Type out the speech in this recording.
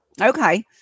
Okay